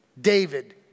David